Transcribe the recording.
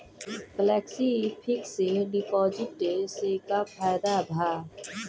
Flexi fix deposit से का फायदा भा?